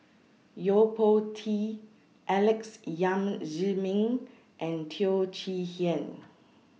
Yo Po Tee Alex Yam Ziming and Teo Chee Hean